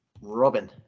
Robin